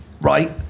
Right